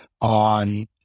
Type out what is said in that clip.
on